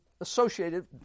associated